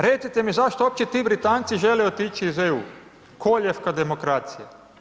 Recite mi zašto uopće ti Britanci žele otići iz EU, koljevka demokracije?